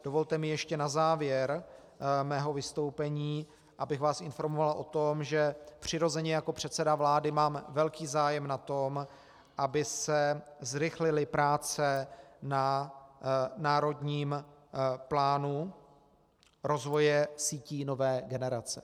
Dovolte mi ještě na závěr mého vystoupení, abych vás informoval o tom, že přirozeně jako předseda vlády mám velký zájem na tom, aby se zrychlily práce na Národním plánu rozvoje sítí nové generace.